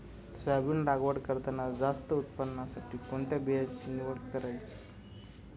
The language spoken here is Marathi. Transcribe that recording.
सोयाबीन लागवड करताना जास्त उत्पादनासाठी कोणत्या बियाण्याची निवड करायची?